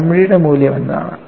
ലാംഡയുടെ മൂല്യം എന്താണ്